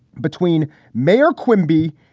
between mayor quimby,